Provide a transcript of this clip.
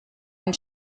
ein